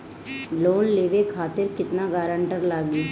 Loan लेवे खातिर केतना ग्रानटर लागी?